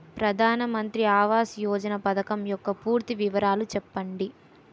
ప్రధాన మంత్రి ఆవాస్ యోజన పథకం యెక్క పూర్తి వివరాలు చెప్పండి?